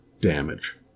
damage